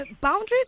boundaries